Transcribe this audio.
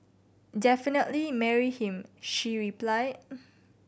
definitely marry him she reply